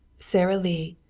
sara lee,